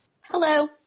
Hello